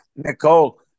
Nicole